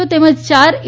ઓ તેમજ ચાર એ